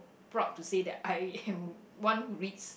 proud to say that I am one who reads